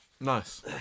Nice